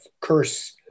curse